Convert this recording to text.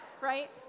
right